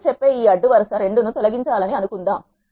మీరు చెప్పే ఈ అడ్డు వరుస 2 ను తొలగించాలని అను కుందా ము